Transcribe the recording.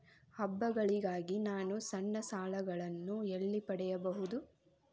ಹಬ್ಬಗಳಿಗಾಗಿ ನಾನು ಸಣ್ಣ ಸಾಲಗಳನ್ನು ಎಲ್ಲಿ ಪಡೆಯಬಹುದು?